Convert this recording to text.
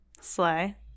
Slay